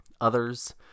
others